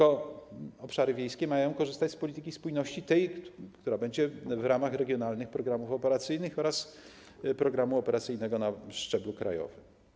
Obszary wiejskie mają korzystać z polityki spójności w ramach regionalnych programów operacyjnych oraz programu operacyjnego na szczeblu krajowym.